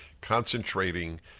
concentrating